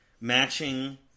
matching